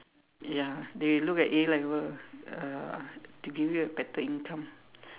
ya they look at A-level uh to give you a better income